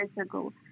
ago